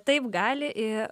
taip gali i